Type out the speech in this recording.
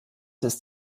ist